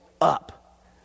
up